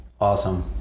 Awesome